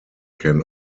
can